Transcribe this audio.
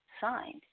Signed